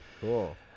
cool